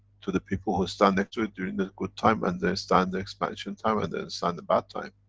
to the people who stand next to it during the good time, and they stand the expansion time, and they stand the bad time,